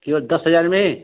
क्यों दस हजार में